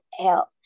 help